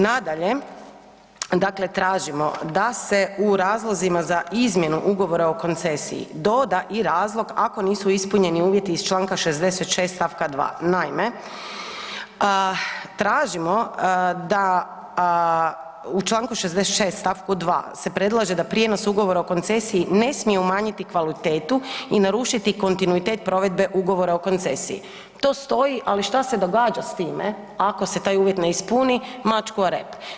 Nadalje, dakle tražimo da se u razlozima za izmjenu ugovora o koncesiji doda i razlog ako nisu ispunjeni uvjeti iz Članka 66. stavka 2. Naime, tražimo da u Članku 66. stavku 2. se predlaže da prijenos ugovora o koncesiji ne smije umanjiti kvalitetu i narušiti kontinuitet provedbe ugovora o koncesiji, to stoji, ali šta se događa s time ako se taj uvjet ne ispuni, mačku o rep.